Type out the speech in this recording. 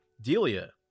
Delia